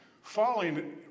falling